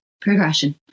progression